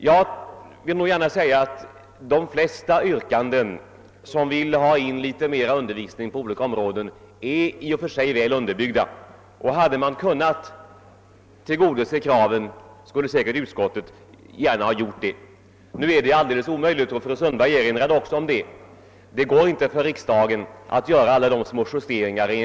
Ja, det må gärna sägas: De flesta yrkanden som går ut på alt man vill ha in litet mera undervisning på olika områden är i och för sig väl underbyggda, och hade det varit möjligt att tillgodose kraven skulle utskottet ha gjort det. Nu är det alldeies omöjligt, och fru Sundberg erinrade också om detta.